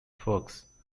fuchs